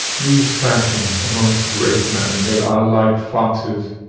these factions amongst great men, they are like foxes,